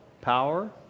power